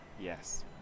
Yes